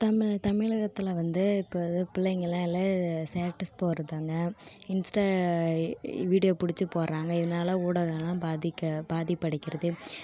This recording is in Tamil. தமிழ் தமிழகத்தில் வந்து இப்போ அது பிள்ளங்கள்லாம் இல்ல ஸேட்டஸ் போட்ருதுங்க இன்ஸ்டா வீடியோ பிடிச்சி போடுறாங்க இதனால ஊடகங்கள்லாம் பாதிக்க பாதிப்படைகிறது